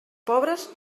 pobres